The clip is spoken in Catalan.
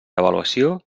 avaluació